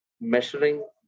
measuring